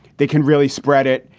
they can really spread it.